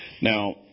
Now